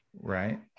Right